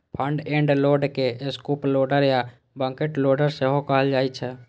front end loader के scoop loader या bucket loader सेहो कहल जाइ छै